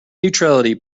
neutrality